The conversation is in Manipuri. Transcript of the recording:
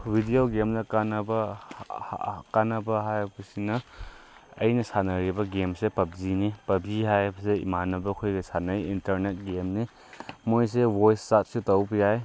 ꯚꯤꯗꯤꯑꯣ ꯒꯦꯝꯅ ꯀꯥꯟꯅꯕ ꯀꯥꯟꯅꯕ ꯍꯥꯏꯔꯛꯄꯁꯤꯅ ꯑꯩꯅ ꯁꯥꯟꯅꯔꯤꯕ ꯒꯦꯝꯁꯦ ꯄꯞꯖꯤꯅꯤ ꯄꯞꯖꯤ ꯍꯥꯏꯔꯤꯕꯁꯦ ꯏꯃꯥꯟꯅꯕ ꯈꯣꯏꯒ ꯁꯥꯟꯅꯩ ꯏꯟꯇꯔꯅꯦꯠ ꯒꯦꯝꯅꯤ ꯃꯣꯏꯁꯦ ꯚꯣꯏꯁ ꯆꯥꯠꯁꯨ ꯇꯧꯕ ꯌꯥꯏ